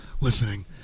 listening